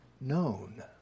known